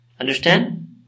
Understand